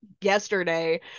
yesterday